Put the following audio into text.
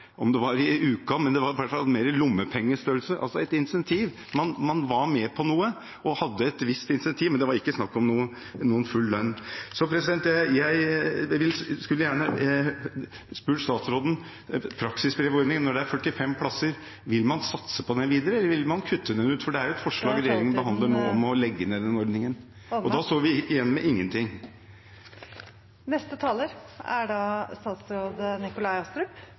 lommepengestørrelse, altså et incentiv. Man var med på noe og hadde et visst incentiv, men det var ikke snakk om noen full lønn. Jeg skulle gjerne ha spurt statsråden: Når det er 45 plasser i praksisbrevordningen, vil man satse på den videre, eller vil man kutte den ut? Regjeringen behandler jo nå et forslag om å legge ned denne ordningen, og da står vi igjen med ingenting. Når det gjelder ordningen med praksisbrev, er